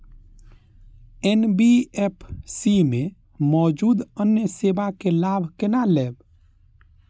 NBFC में मौजूद अन्य सेवा के लाभ केना लैब?